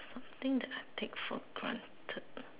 something that I take for granted ah